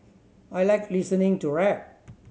I like listening to rap